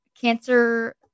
cancer